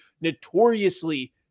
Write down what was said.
notoriously